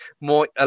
more